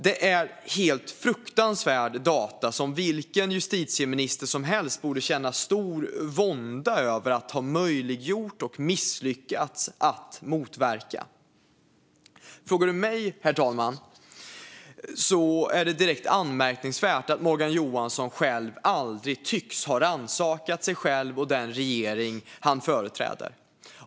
Detta är helt fruktansvärda data, som vilken justitieminister som helst borde känna stor vånda över att ha möjliggjort och misslyckats med att motverka. Om man frågar mig, herr talman, anser jag att det är direkt anmärkningsvärt att Morgan Johansson aldrig tycks ha rannsakat sig själv och den regering han företräder.